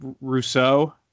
Rousseau